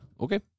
Okay